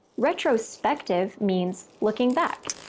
retrospective means looking back.